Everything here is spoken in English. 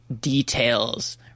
details